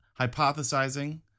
hypothesizing